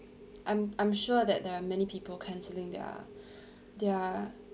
I'm I'm sure that there are many people cancelling their their